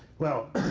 well,